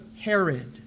herod